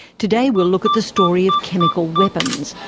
today we'll look at the story of chemical weapons,